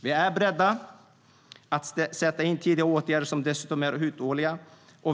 Vi är beredda att sätta in tidiga åtgärder som dessutom är uthålliga.